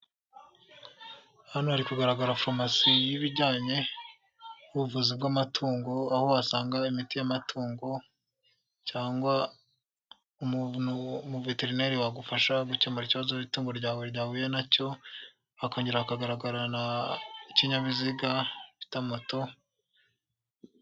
Hano hari kugaragara farumasi y'ibijyanye n'ubuvuzi bw'amatungo aho wasanga imiti y'amatungo cyangwa umuveterineri wagufasha gukemura ikibazo itungo ryawe ryahuye nacyo, hakongera hakagaragara na ikinyabiziga bita moto,